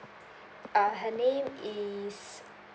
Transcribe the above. uh her name is